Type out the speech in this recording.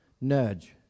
nudge